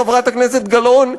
חברת הכנסת גלאון,